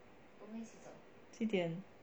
几点